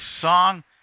Song